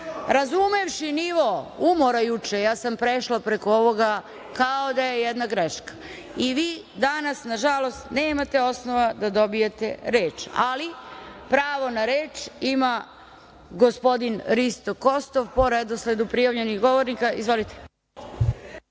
Razumevši nivo umora juče, ja sam prešla preko ovoga, kao da je jedna greška i vi danas nažalost nemate osnova da dobijete reč, ali pravo na reč ima gospodin Risto Kostov, po redosledu prijavljenih govornika. Izvolite.